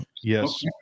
Yes